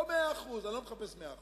לא 100%, אני לא מחפש 100%